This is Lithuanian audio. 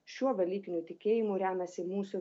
šiuo velykiniu tikėjimu remiasi mūsų